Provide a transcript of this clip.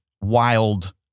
wild